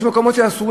יש מקומות שאסרו,